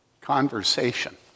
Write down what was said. conversation